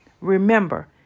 Remember